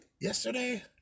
yesterday